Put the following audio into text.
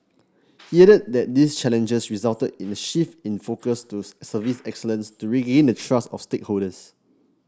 he added that these challenges resulted in a shift in focus to service excellence to regain the trust of stakeholders